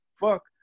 fuck